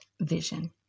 vision